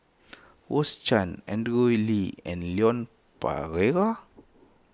Rose Chan Andrew Lee and Leon